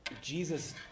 jesus